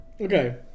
Okay